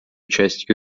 частью